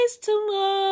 tomorrow